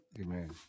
Amen